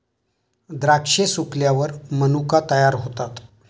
द्राक्षे सुकल्यावर मनुका तयार होतात